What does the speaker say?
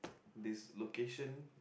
this location